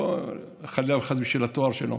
לא חלילה וחס בשביל התואר שלו,